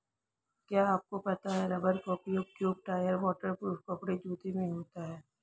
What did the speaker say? क्या आपको पता है रबर का उपयोग ट्यूब, टायर, वाटर प्रूफ कपड़े, जूते में होता है?